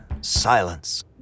Silence